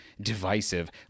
divisive